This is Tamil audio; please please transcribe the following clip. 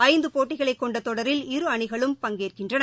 ஐந்தபோட்டிகளைகொண்டதொடரில் இரு அணிகளும் பங்கேற்கின்றன